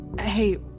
Hey